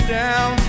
down